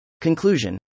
Conclusion